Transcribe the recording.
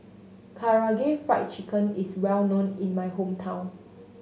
Karaage Fried Chicken is well known in my hometown